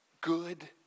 good